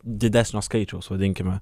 didesnio skaičiaus vadinkime